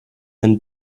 and